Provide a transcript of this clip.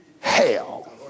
hell